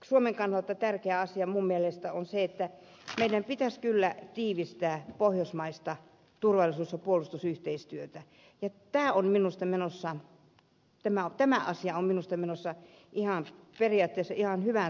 suomen kannalta tärkeä asia minun mielestäni on se että meidän pitäisi kyllä tiivistää pohjoismaista turvallisuus ja puolustusyhteistyötä ja tämä asia on minusta menossa periaatteessa ihan hyvään suuntaan